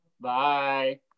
Bye